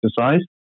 exercise